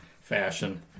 fashion